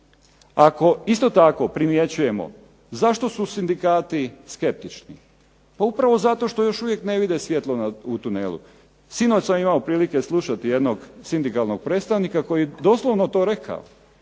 Ako, isto tako primjećujemo zašto su sindikati skeptični? Pa upravo zato što još uvijek ne vide svjetlo u tunelu. Sinoć sam imao prilike slušati jednog sindikalnog predstavnika koji doslovno to rekao.